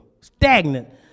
stagnant